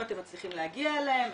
אם אתם מצליחים להגיע אליהם.